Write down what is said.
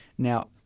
Now